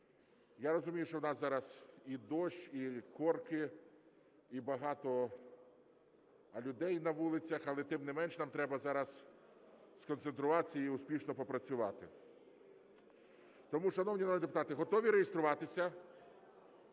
Я розумію, що у нас зараз і дощ, і корки, і багато людей на вулицях. Але, тим не менш, нам треба зараз сконцентруватися і успішно попрацювати. Тому, шановні народні депутати, готові реєструватися?